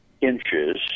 inches